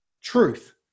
truth